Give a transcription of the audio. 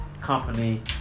company